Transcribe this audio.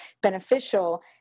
beneficial